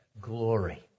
glory